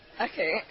Okay